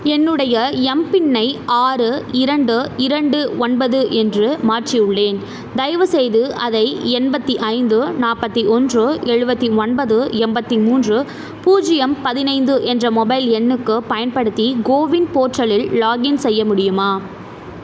என்னுடைய எம்பின்னை ஆறு இரண்டு இரண்டு ஒன்பது என்று மாற்றியுள்ளேன் தயவுசெய்து அதை எண்பத்து ஐந்து நாற்பத்தி ஒன்று எழுபத்தி ஒன்பது எண்பத்து மூன்று பூஜ்ஜியம் பதினைந்து என்ற மொபைல் எண்ணுக்குப் பயன்படுத்தி கோவின் போர்ட்டலில் லாக்இன் செய்ய முடியுமா